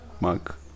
mark